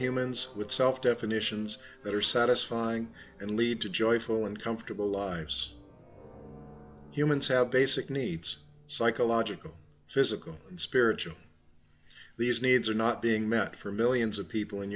humans with self definitions that are satisfying and lead to joyful and comfortable lives humans have basic needs psychological physical and spiritual these needs are not being met for millions of people in